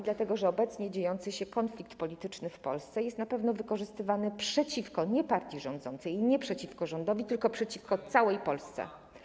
Dlatego że obecnie dziejący się konflikt polityczny w Polsce na pewno jest wykorzystywany nie przeciwko partii rządzącej, nie przeciwko rządowi, tylko przeciwko całej Polsce.